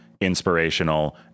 inspirational